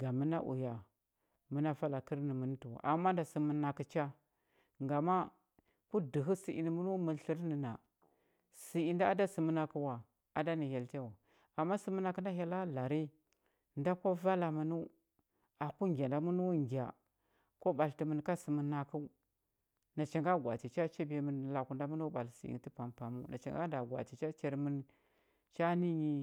ga məna uya məna vala kərnəmən tə wa ama manda sə mənakə cha ngama ku dəhə sə inə məno mər tlər nə na sə inda a da sə mənakə wa a da nə hyell cha wa ama sə mənakə nda hyella lari nda kwa vala mənəu aku ngya nda məno ngya kwa ɓatlətə mən ka sə mənakəu nacha nga gwa atə cha chabiya mən laku nda məno ɓatlə sə ingə tə pampaməu nacha nga nda gwa atə cha char mən cha nə nyi,